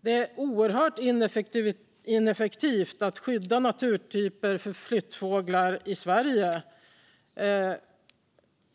Det är oerhört ineffektivt att skydda naturtyper för flyttfåglar i Sverige